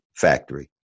factory